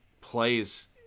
plays